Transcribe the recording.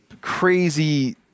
crazy